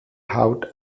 haut